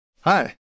hi